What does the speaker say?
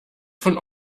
von